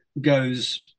goes